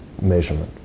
measurement